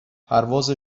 پرواز